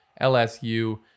LSU